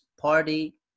party